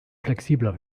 flexibler